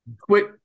Quick